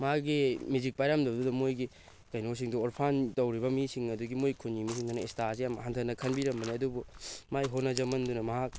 ꯃꯥꯒꯤ ꯃꯦꯖꯤꯛ ꯄꯥꯏꯔꯝꯗꯕꯗꯨꯗ ꯃꯣꯏꯒꯤ ꯀꯩꯅꯣꯁꯤꯡꯗꯣ ꯑꯣꯔꯐꯥꯟ ꯇꯧꯔꯤꯕ ꯃꯤꯁꯤꯡ ꯑꯗꯒꯤ ꯃꯣꯏ ꯈꯨꯟꯒꯤ ꯃꯤꯁꯤꯡꯗꯨꯅ ꯑꯦꯁꯇꯥꯁꯦ ꯌꯥꯝ ꯍꯟꯊꯅ ꯈꯟꯕꯤꯔꯝꯕꯅꯦ ꯑꯗꯨꯕꯨ ꯃꯥꯒꯤ ꯍꯣꯠꯅꯖꯟꯗꯨꯅ ꯃꯍꯥꯛ